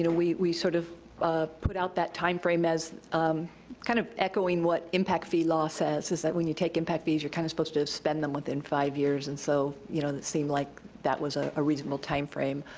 and we we sort of put out that timeframe as um kind of echoing what impact fee law says, is that when you take impact fees you're kind of supposed to spend them within five years, and so you know this seemed like that was a ah reasonable timeframe.